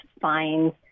fines